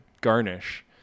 garnish